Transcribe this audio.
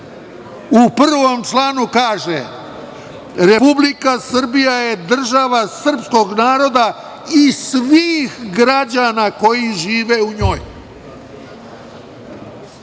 u prvom članu kaže - Republika Srbija je država srpskog naroda i svih građana koji žive u njoj.